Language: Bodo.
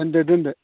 दोनदो दोनदो